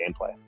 gameplay